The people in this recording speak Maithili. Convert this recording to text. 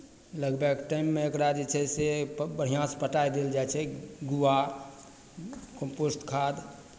लगबयके टाइममे एकरा जे छै से बढ़िआँसँ पटाय देल जाइ छै गुआ कंपोस्ट खाद